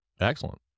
Excellent